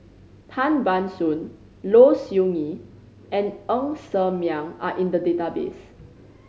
Tan Ban Soon Low Siew Nghee and Ng Ser Miang are in the database